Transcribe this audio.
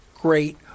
great